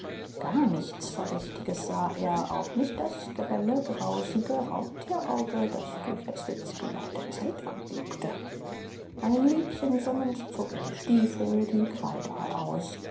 gar nichts verdächtiges sah er auch nicht das grelle grausige raubtierauge das durch das winzige loch der zeltwand lugte ein liedchen summend zog er die stiefel die kleider aus